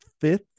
fifth